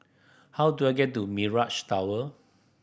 how do I get to Mirage Tower